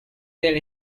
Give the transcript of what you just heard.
del